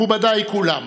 מכובדיי כולם,